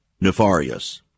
nefarious